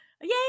yay